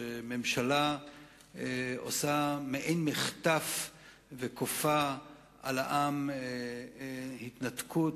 שממשלה עושה מעין מחטף וכופה על העם התנתקות,